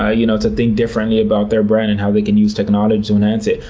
ah you know, to think differently about their brand and how they can use technology to enhance it.